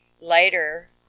Later